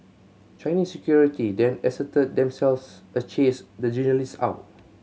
Chinese security then asserted themselves the chase the journalists out